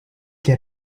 get